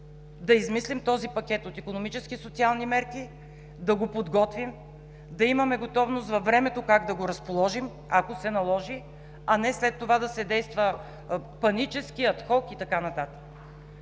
да измислим този пакет от икономически и социални мерки, да го подготвим, да имаме готовност как да го разположим във времето, ако се наложи, а не след това да се действа панически, адхок и така нататък.